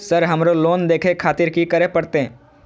Sir हमरो loan देखें खातिर की करें परतें?